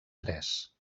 tres